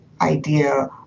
idea